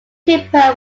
cooper